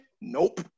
Nope